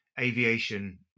aviation